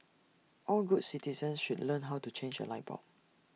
all good citizens should learn how to change A light bulb